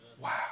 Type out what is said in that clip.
Wow